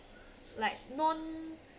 like non